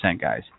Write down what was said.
guys